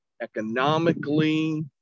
economically